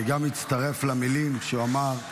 אני מצטרף למילים שהוא אמר,